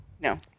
No